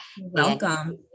Welcome